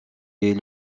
est